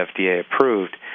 FDA-approved